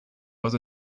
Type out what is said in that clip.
was